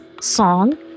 song